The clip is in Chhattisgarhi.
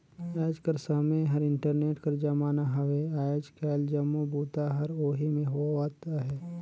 आएज कर समें हर इंटरनेट कर जमाना हवे आएज काएल जम्मो बूता हर ओही में होवत अहे